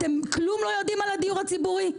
אתם כלום לא יודעים על הדיור הציבורי.